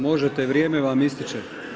Možete, vrijeme vam ističe.